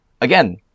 Again